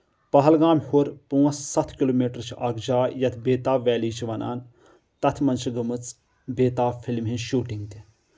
پہلگام ہیٚور پانٛژھ ستھ کِلوٗ میٖٹر چھُ اکھ جاے یتھ بیتاب ویلی چھِ ونان تتھ منٛز چھِ گٔمٕژ بیتاب فِلمہِ ہِنٛز شوٗٹنگ